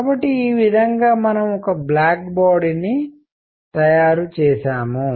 కాబట్టి ఈ విధంగా మనము ఒక బ్లాక్ బాడీ ని తయారు చేసాము